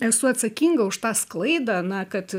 esu atsakinga už tą sklaidą na kad